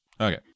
Okay